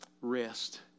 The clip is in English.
Rest